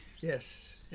Yes